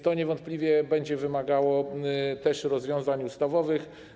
To niewątpliwie będzie wymagało też rozwiązań ustawowych.